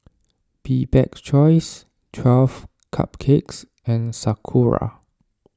Bibik's Choice twelve Cupcakes and Sakura